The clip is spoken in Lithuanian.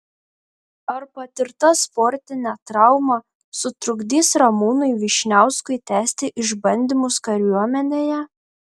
ar patirta sportinė trauma sutrukdys ramūnui vyšniauskui tęsti išbandymus kariuomenėje